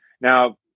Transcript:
Now